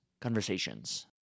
conversations